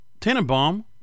Tannenbaum